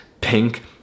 pink